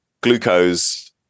glucose